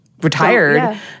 retired